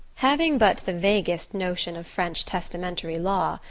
having but the vaguest notion of french testamentary law,